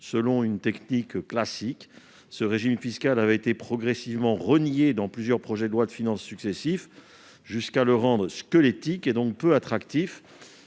Selon une technique classique, ce régime fiscal avait été progressivement rogné dans plusieurs projets de loi de finances successifs, jusqu'à le rendre squelettique et donc peu attractif.